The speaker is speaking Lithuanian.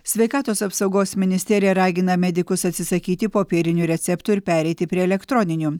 sveikatos apsaugos ministerija ragina medikus atsisakyti popierinių receptų ir pereiti prie elektroninių